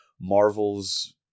Marvel's